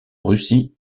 russie